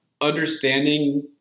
understanding